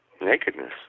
nakedness